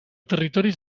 territoris